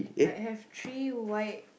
I have three white